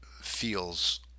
feels